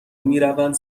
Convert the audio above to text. میروند